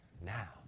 now